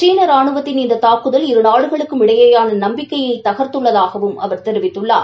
சீன ராணுவத்தின் இந்த தாக்குதல் இரு நாடுகளுக்கும் இடையேயான நப்பிக்கையை தகாத்துள்ளதாகவும் அவர் தெரிவித்துள்ளார்